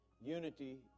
unity